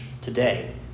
today